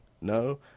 No